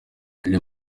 lil